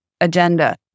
agenda